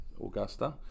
Augusta